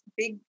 big